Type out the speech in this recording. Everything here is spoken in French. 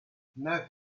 neuf